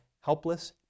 helpless